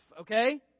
okay